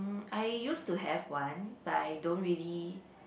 mm I used to have one but I don't really